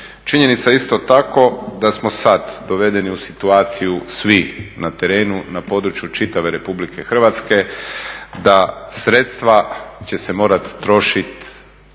Činjenica je isto tako da smo sada dovedeni u situaciju svi na terenu na području čitave RH da sredstva će se morati trošiti